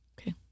okay